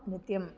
नृत्यं